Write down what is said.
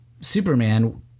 Superman